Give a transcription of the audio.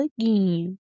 again